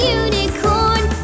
unicorn